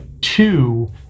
Two